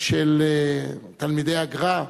של תלמידי הגר"א.